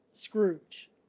Scrooge